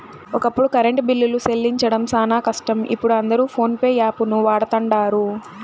ఒకప్పుడు కరెంటు బిల్లులు సెల్లించడం శానా కష్టం, ఇపుడు అందరు పోన్పే యాపును వాడతండారు